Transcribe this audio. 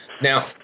Now